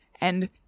And-